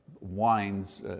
wines